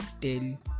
tell